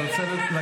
תשאל אותה.